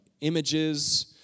images